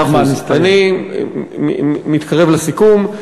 מאה אחוז, אני מתקרב לסיכום.